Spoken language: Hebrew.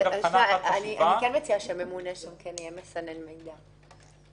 אני מציעה שהממונה שם יהיה מסנן מידע.